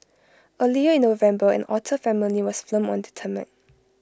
earlier in November an otter family was filmed on